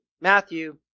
Matthew